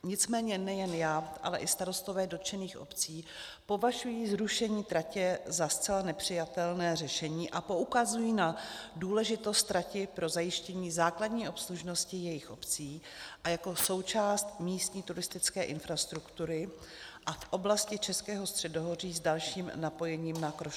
Nicméně nejen já, ale i starostové dotčených obcí považují zrušení tratě za zcela nepřijatelné řešení a poukazují na důležitost trati pro zajištění základní obslužnosti jejich obcí a jako součásti místní turistické infrastruktury a v oblasti Českého středohoří s dalším napojením na Krušnohoří.